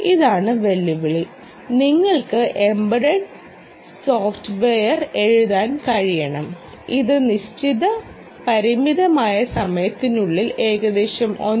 ഇതാണ് വെല്ലുവിളി നിങ്ങൾക്ക് എമ്പഡഡ് സോഫ്റ്റ്വെയർ എഴുതാൻ കഴിയണം ഇത് നിശ്ചിത പരിമിതമായ സമയത്തിനുള്ളിൽ ഏകദേശം 1